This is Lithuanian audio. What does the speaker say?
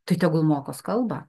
tai tegul mokos kalbą